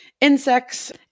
Insects